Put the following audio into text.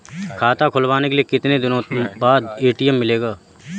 खाता खुलवाने के कितनी दिनो बाद ए.टी.एम मिलेगा?